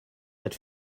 that